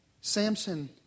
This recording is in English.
Samson